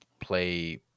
play